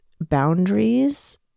boundaries